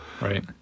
Right